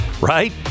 right